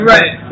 Right